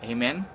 Amen